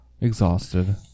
Exhausted